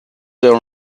there